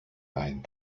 ein